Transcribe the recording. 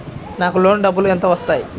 నాకు లోన్ డబ్బులు ఎంత వస్తాయి?